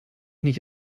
nicht